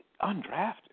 undrafted